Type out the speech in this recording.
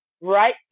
right